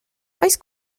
oes